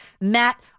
Matt